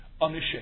unashamed